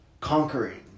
conquering